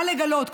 מה לגלות?